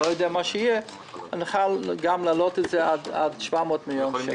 לא יודע נוכל להעלות עד 700 מיליון שקל.